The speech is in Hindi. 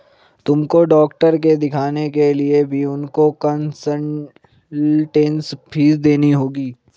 तुमको डॉक्टर के दिखाने के लिए भी उनको कंसलटेन्स फीस देनी होगी